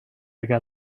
get